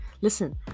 Listen